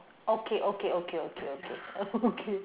okay okay okay okay okay okay